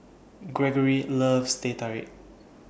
Greggory loves Teh Tarik